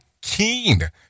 keen